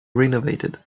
renovated